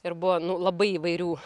ir buvo nu labai įvairių